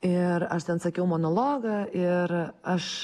ir aš ten sakiau monologą ir aš